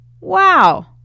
wow